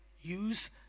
use